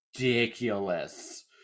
ridiculous